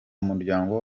muryango